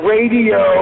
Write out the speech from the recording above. Radio